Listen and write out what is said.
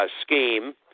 scheme